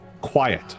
quiet